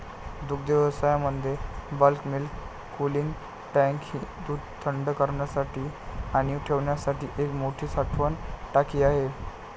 दुग्धव्यवसायामध्ये bulk milk cooling tank ही दूध थंड करण्यासाठी आणि ठेवण्यासाठी एक मोठी साठवण टाकी आहे